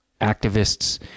activists